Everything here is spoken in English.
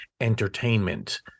entertainment